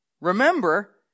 Remember